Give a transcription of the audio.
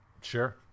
Sure